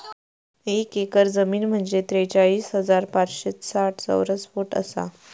एक एकर जमीन म्हंजे त्रेचाळीस हजार पाचशे साठ चौरस फूट आसा